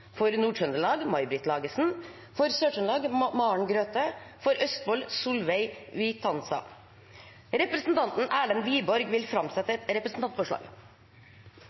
For Nord-Trøndelag: May Britt Lagesen For Sør-Trøndelag: Maren Grøthe For Østfold: Solveig Vitanza Representanten Erlend Wiborg vil framsette et representantforslag.